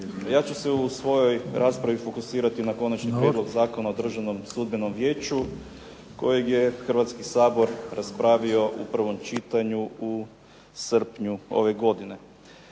Ja ću se u svojoj raspravi fokusirati na Konačni prijedlog Zakona o Državnom sudbenom vijeću kojeg je Hrvatski sabor raspravio u prvom čitanju u srpnju ove godine.